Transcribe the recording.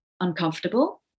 uncomfortable